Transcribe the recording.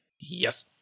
Yes